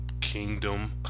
Kingdom